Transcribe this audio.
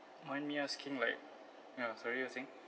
mind me asking like ya sorry you were saying